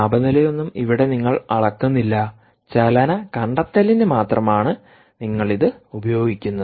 താപനിലയൊന്നും ഇവിടെ നിങ്ങൾ അളക്കുന്നില്ലചലന കണ്ടെത്തലിന് മാത്രമാണ് ആണ് നിങ്ങൾ ഇത് ഉപയോഗിക്കുന്നത്